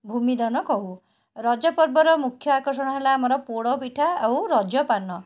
ଭୂମିଦହନ କହୁ ରଜପର୍ବର ମୁଖ୍ୟ ଆକର୍ଷଣ ହେଲା ଆମର ପୋଡ଼ପିଠା ଆଉ ରଜପାନ